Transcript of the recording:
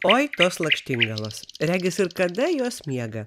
oi tos lakštingalos regis ir kada jos miega